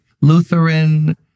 Lutheran